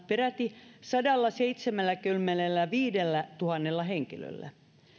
peräti sadallaseitsemälläkymmenelläviidellätuhannella henkilöllä